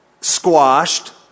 squashed